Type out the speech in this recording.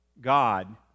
God